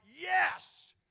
yes